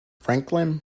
franklin